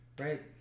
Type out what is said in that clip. Right